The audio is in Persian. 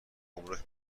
گمرک